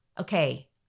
okay